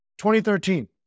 2013